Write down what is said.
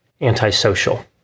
antisocial